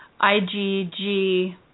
IgG